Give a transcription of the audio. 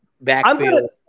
backfield